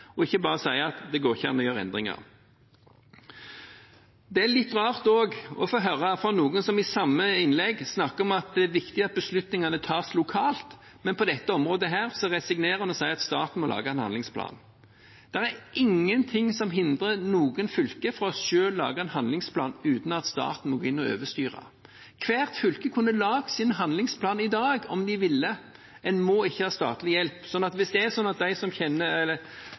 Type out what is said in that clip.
og ikke bare si at det går ikke an å gjøre endringer. Det er litt rart også å få høre fra noen som i samme innlegg snakket om at det er viktig at beslutningene tas lokalt, men på dette området resignerer en og sier at staten må lage en handlingsplan. Det er ingen ting som hindrer noe fylke fra selv å lage en handlingsplan uten at staten må gå inn å overstyre. Hvert fylke kunne laget sin egen handlingsplan i dag om de ville. En må ikke ha statlig hjelp. Så hvis det er slik at de som kjenner